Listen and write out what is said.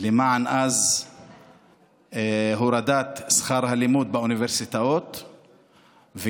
למען הורדת שכר הלימוד באוניברסיטאות אז,